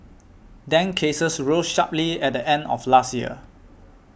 dengue cases rose sharply at the end of last year